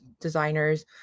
designers